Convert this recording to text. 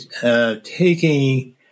taking